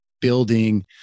building